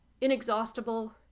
inexhaustible